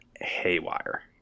haywire